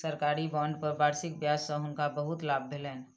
सरकारी बांड पर वार्षिक ब्याज सॅ हुनका बहुत लाभ भेलैन